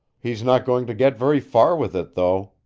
he's not going to get very far with it, though,